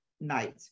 night